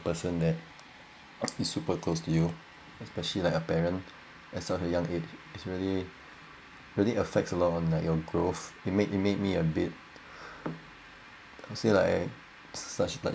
person that is super close to you especially like a parent at such a young age is really really affects a lot on like your growth it made it made me a bit I would say like such like